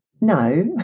no